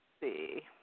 see